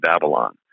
Babylon